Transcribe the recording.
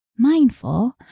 Mindful